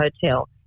Hotel